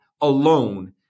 alone